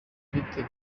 bite